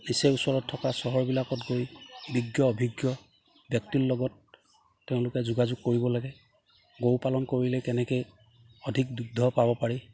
নিচেই ওচৰত থকা চহৰবিলাকত গৈ বিজ্ঞ অভিজ্ঞ ব্যক্তিৰ লগত তেওঁলোকে যোগাযোগ কৰিব লাগে গৰু পালন কৰিলে কেনেকে অধিক দুগ্ধ পাব পাৰি